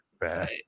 bad